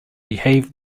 behave